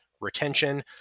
retention